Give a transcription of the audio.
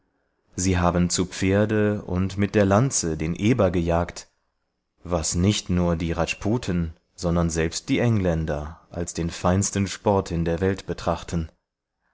sie haben zu pferde und mit der lanze den eber gejagt was nicht nur die rajputen sondern selbst die engländer als den feinsten sport in der welt betrachten